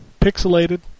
pixelated